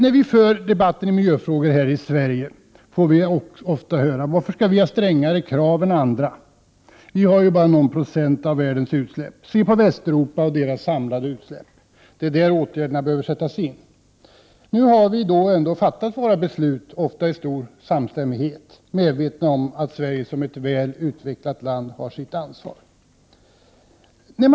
I miljödebatten här i Sverige får man ofta höra frågan: Varför skall Sverige ha strängare krav än andra länder? Våra utsläpp motsvarar ju bara någon procent av övriga världens. Se på Västeuropa och dess samlade utsläpp! Det är där som åtgärder behöver vidtas. Ja, men Sveriges riksdag har ändå fattat beslut på detta område — ofta i stor samstämmighet, eftersom vi är medvetna om att Sverige som ett väl utvecklat land har ett ansvar här.